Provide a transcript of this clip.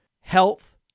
health